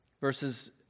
verses